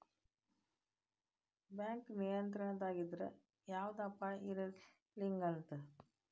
bank ನಿಯಂತ್ರಣದಾಗಿದ್ರ ಯವ್ದ ಅಪಾಯಾ ಇರಂಗಿಲಂತ್